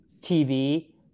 TV